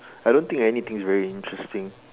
I don't think I anything's very interesting